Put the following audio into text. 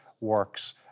works